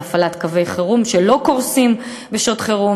להפעלת קווי חירום שלא קורסים בשעות חירום